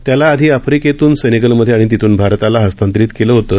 त्याला आधी आफ्रिकेतून सेनेगलमधे आणि तिथून भारताला हस्तांतरित करण्यात आलं होतं